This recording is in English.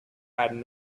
had